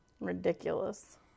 Ridiculous